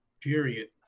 Period